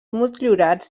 motllurats